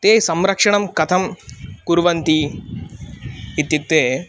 ते संरक्षणं कथं कुर्वन्ति इत्युक्ते